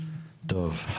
טוב.